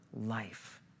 life